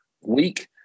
week